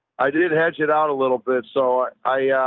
i did hatch it out a little bit. so i, i,